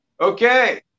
Okay